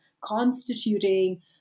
constituting